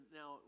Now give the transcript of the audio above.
now